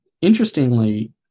interestingly